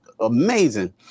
amazing